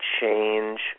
change